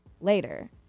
later